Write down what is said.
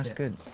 good.